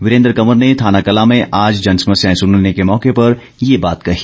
वीरेंद्र कंवर ने थानाकलां में आज जनसमस्याएं सुनने के मौके पर ये बात कही